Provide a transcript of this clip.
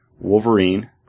Wolverine